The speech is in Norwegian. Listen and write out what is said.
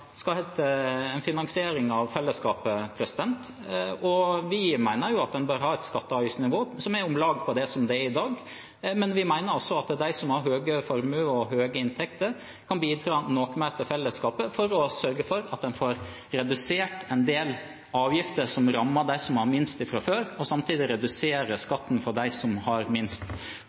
som det er i dag. Men vi mener også at de som har høye formuer og høye inntekter, kan bidra noe mer til fellesskapet, for da å sørge for å redusere en del avgifter som rammer dem som har minst fra før, og samtidig redusere skatten for dem som har minst.